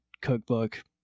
cookbook